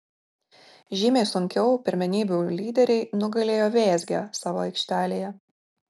žymiai sunkiau pirmenybių lyderiai nugalėjo vėzgę savo aikštelėje